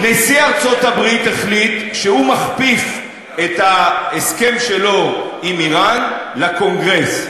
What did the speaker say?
נשיא ארצות-הברית החליט שהוא מכפיף את ההסכם שלו עם איראן לקונגרס.